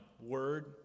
word